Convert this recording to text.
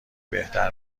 بهتر